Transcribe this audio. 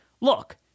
look